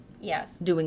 Yes